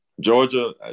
Georgia